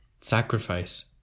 Sacrifice